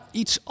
iets